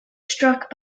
struck